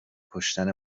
کشتن